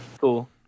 Cool